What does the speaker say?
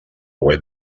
web